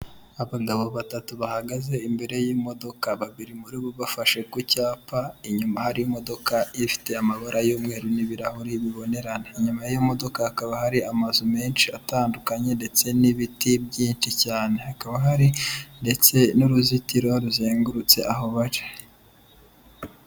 Abagabo batatu bahagaze imbere y'imodoka babiri muri bo bafashe ku cyapa inyuma harimo ifite amabara y'umweru n'ibirahuri bibone .Inyuma y'iyomodoka hakaba hari amazu menshi atandukanye ndetse n'ibiti byinshi cyane hakaba hari ndetse n'uruzitiro ruzengurutse aho bari.